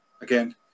again